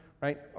right